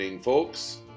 Folks